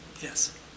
yes